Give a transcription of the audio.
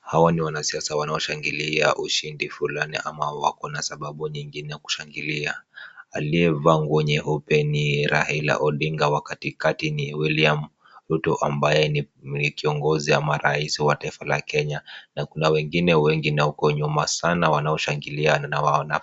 Hawa ni wanasiasa wanaoshangilia ushindi fulani ama wako na sababu nyingine ya kushangilia. Aliyevaa nguo nyeupe ni Raila Odinga wa katikati ni William Ruto ambaye ni kiongozi ama rais wa taifa la Kenya na kuna wengine wengi na huko nyuma sana wanaoshangilia na wao na